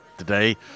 Today